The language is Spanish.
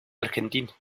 argentino